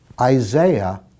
Isaiah